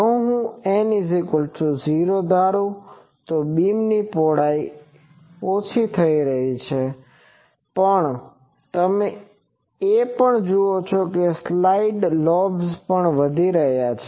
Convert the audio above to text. જો હું N0 ધારું તો બીમની પહોળાઈ ઓછી થઈ રહી છે પણ તમે એ પણ જુઓ કે સાઈડ લોબ્સ પણ વધી રહ્યા છે